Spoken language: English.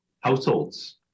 households